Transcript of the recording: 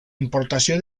importació